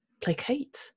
placate